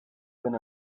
been